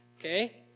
okay